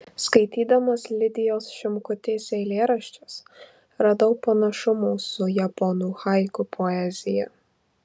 skaitydamas lidijos šimkutės eilėraščius radau panašumų su japonų haiku poezija